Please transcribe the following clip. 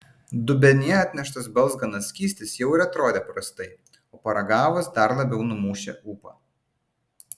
dubenyje atneštas balzganas skystis jau ir atrodė prastai o paragavus dar labiau numušė ūpą